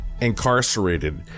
incarcerated